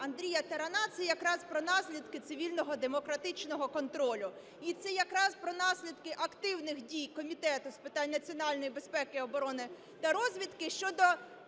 Андрія Тарана – це якраз про наслідки цивільного демократичного контролю. І це якраз про наслідки активних дій Комітету з питань національної безпеки, оборони та розвідки щодо